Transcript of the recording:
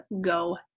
go